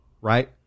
Right